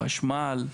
חשמל,